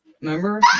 remember